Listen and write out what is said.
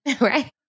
Right